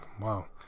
Wow